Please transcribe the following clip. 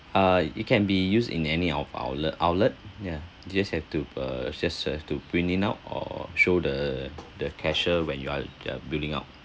uh it can be used in any of our le~ outlet yeah just have to uh just have to print it out or show the the cashier when you are uh billing out